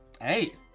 Hey